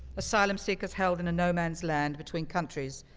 asylum seekers held in a no man's land between countries.